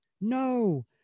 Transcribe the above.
No